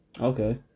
Okay